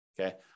Okay